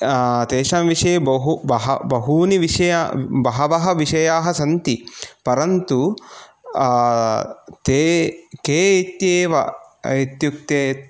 तेषां विषये बहवः विषयाः सन्ति परन्तु ते के इत्येव इत्युक्ते